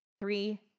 three